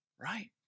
right